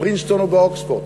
בפרינסטון ובאוקספורד.